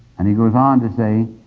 and he goes on to say,